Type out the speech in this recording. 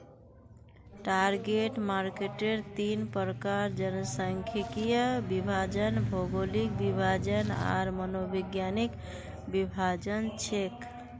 target मार्केटेर तीन प्रकार जनसांख्यिकीय विभाजन, भौगोलिक विभाजन आर मनोवैज्ञानिक विभाजन छेक